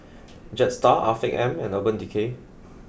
Jetstar Afiq M and Urban Decay